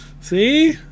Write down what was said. See